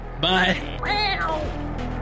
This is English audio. Bye